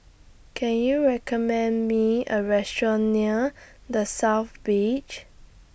Can YOU recommend Me A Restaurant near The South Beach